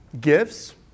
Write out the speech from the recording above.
gifts